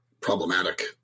problematic